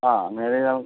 ആ അങ്ങനെയാണെങ്കിൽ നമുക്ക്